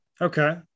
Okay